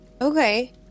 Okay